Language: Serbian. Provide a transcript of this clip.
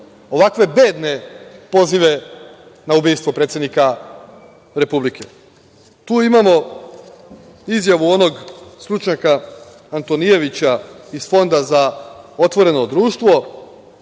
ovakve bedne pozive na ubistvo predsednika Republike. Tu imamo izjavu onog stručnjaka Antonijevića iz Fonda za otvoreno društvo,